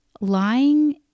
Lying